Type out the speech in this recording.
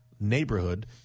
neighborhood